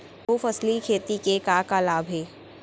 बहुफसली खेती के का का लाभ हे?